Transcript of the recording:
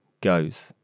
goes